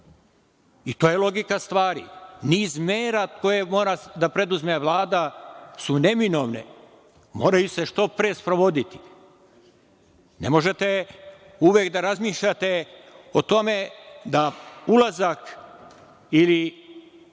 I to je logika stvari. Niz mera koje mora da preduzme Vlada su neminovne. Moraju se što pre sprovoditi. Ne možete uvek da razmišljate o tome da ulazak ili